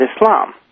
Islam